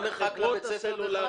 מה המרחק לבית הספר?